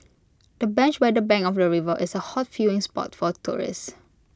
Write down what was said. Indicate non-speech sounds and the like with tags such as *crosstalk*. the bench *unintelligible* the bank of the river is A hot viewing spot for tourists